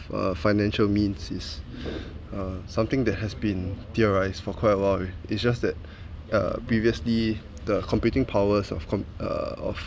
uh financial means is uh something that has been theorized for quite awhile with it's just that uh previously the computing powers of com~ uh of